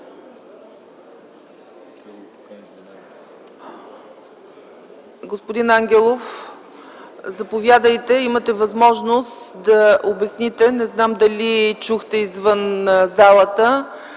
Господин Ангелов, заповядайте. Имате възможност да обясните. Не знам дали чухте извън залата,